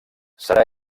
serà